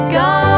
go